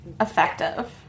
effective